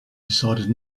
decided